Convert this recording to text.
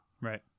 Right